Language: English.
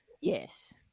Yes